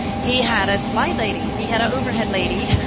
he had a slide lady, he had a overhead lady.